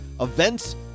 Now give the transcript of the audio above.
events